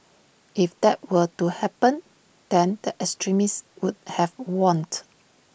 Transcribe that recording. if that were to happen then the extremists would have want